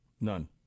None